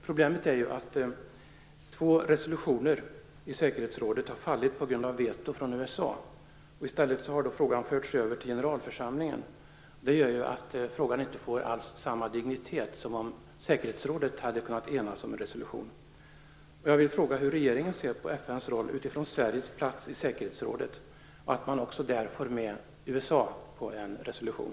Problemet är att två resolutioner i säkerhetsrådet har fallit på grund av veto från USA. I stället har frågan förts över till generalförsamlingen. Frågan får därigenom inte alls samma dignitet som om säkerhetsrådet hade kunnat enas om en resolution. Jag vill fråga hur regeringen ser på FN:s roll utifrån Sveriges plats i säkerhetsrådet och på att där också få med USA på en resolution.